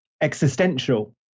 existential